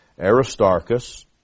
Aristarchus